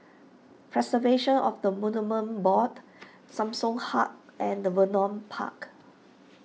Preservation of the Monuments Board Samsung Hub and the Vernon Park